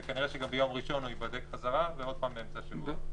וכנראה שגם ביום ראשון ושוב באמצע השבוע.